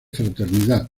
fraternidad